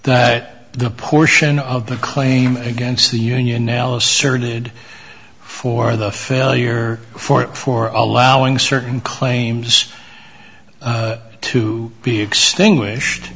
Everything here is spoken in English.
at the portion of the claim against the union else shirted for the failure for for allowing certain claims to be extinguished